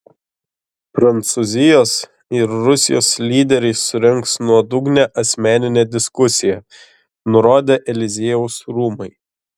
prancūzijos ir rusijos lyderiai surengs nuodugnią asmeninę diskusiją nurodė eliziejaus rūmai